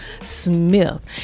smith